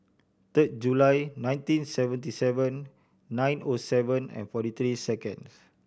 third July nineteen seventy seven nine O seven and forty three second